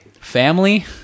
family